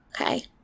Okay